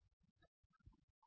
হবে